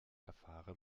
erfahre